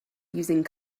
using